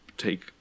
Take